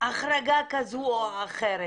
החרגה כזו או אחרת.